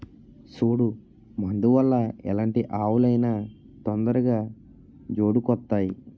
సూదు మందు వల్ల ఎలాంటి ఆవులు అయినా తొందరగా జోడుకొత్తాయి